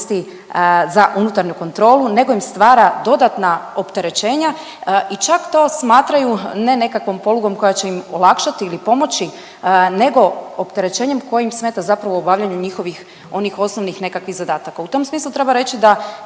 za unutarnju kontrolu nego im stvara dodatna opterećenja i čak to smatraju ne nekakvom polugom koja će im olakšati ili pomoći nego opterećenjem koji im smeta zapravo u obavljanju njihovih onih osnovnih nekakvih zadataka. U tom smislu treba reći da